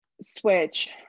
switch